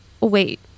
wait